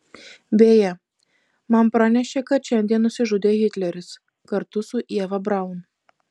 beje man pranešė kad šiandien nusižudė hitleris kartu su ieva braun